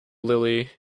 lily